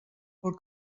pel